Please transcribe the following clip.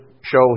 show